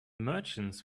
merchants